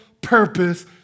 purpose